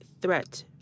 threat